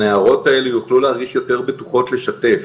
הנערות האלה ירגישו יותר בטוחות לשתף,